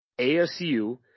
ASU